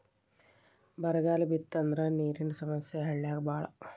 ಬರಗಾಲ ಬಿತ್ತಂದ್ರ ನೇರಿನ ಸಮಸ್ಯೆ ಹಳ್ಳ್ಯಾಗ ಬಾಳ